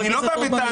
אני לא בא בטענות,